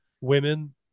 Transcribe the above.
women